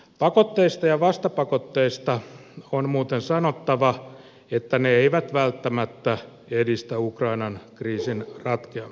pakotteista ja vastapakotteista on muuten sanottava että ne eivät välttämättä edistä ukrainan kriisin ratkeamista